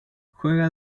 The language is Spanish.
juega